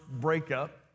breakup